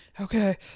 okay